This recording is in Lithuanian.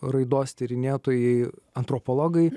raidos tyrinėtojai antropologai